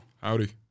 Howdy